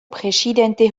presidente